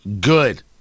good